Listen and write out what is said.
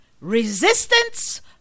resistance